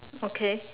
okay